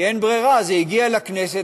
כי אין ברירה זה הגיע לכנסת,